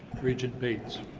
regent bates.